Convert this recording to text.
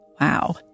Wow